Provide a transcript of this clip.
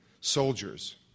soldiers